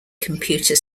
computer